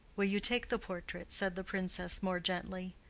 will you take the portrait? said the princess, more gently.